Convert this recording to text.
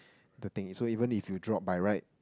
the thing so even if you drop by right